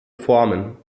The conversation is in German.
formen